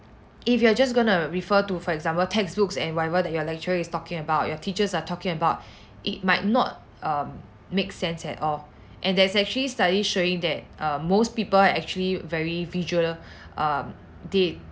if you are just gonna refer to for example textbooks and whatever that you are lecturer is talking about your teachers are talking about it might not um make sense at all and there's actually studies showing that err most people are actually very visual err they